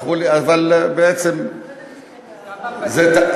כמה פתטי.